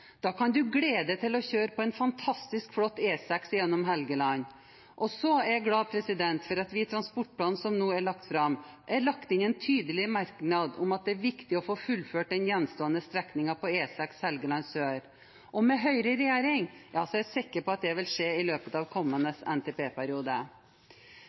Da kan du glede deg til å kjøre på en fantastisk flott E6 gjennom Helgeland. Og så er jeg glad for at vi i transportplanen som nå er lagt fram, har lagt inn en tydelig merknad om at det er viktig å få fullført den gjenstående strekningen på E6 Helgeland sør. Med Høyre i regjering er jeg sikker på at det vil skje i løpet av